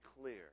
clear